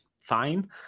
fine